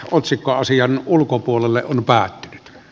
otsikko asian ulkopuolelle on päät